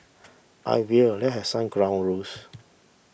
I will let have some ground rules